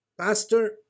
Pastor